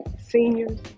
seniors